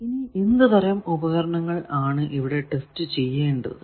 ഇനി എന്ത് തരം ഉപകരണങ്ങൾ ആണ് ഇവിടെ ടെസ്റ്റ് ചെയ്യേണ്ടത്